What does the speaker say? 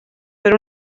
per